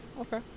okay